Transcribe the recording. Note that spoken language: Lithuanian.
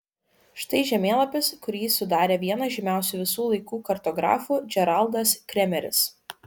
štai žemėlapis kurį sudarė vienas žymiausių visų laikų kartografų džeraldas kremeris